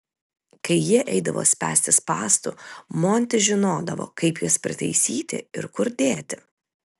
kai jie eidavo spęsti spąstų montis žinodavo kaip juos pritaisyti ir kur dėti